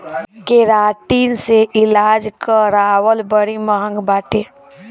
keratin से इलाज करावल बड़ी महँग बाटे